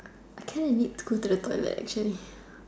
I kinda need to go to the toilet actually